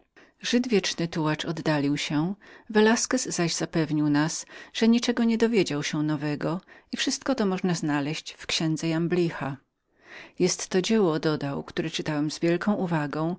mego opowiadania żyd wieczny tułacz oddalił się velasquez zaś zapewnił nas że nic nie dowiedział się nowego i wszystko to można było znaleźć w księdze jambliza jestto dzieło dodał które czytałem z wielką uwagą